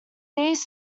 east